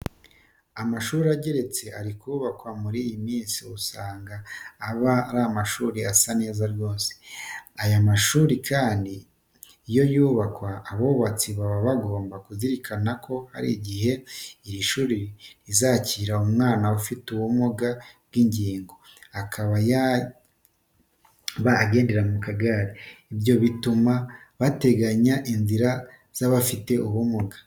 Amashuri ageretse ari kubakwa muri iyi minsi usanga aba ari amashuri asa neza rwose. Aya mashuri kandi iyo yubakwa, abubatsi baba bagomba kuzirikana ko hari igihe iri shuri rizakira umwana ufite ubumuga bw'ingingo akaba yaba agendera mu kagare, ibyo bituma bateganya inzira z'abafite ubumuga.